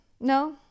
No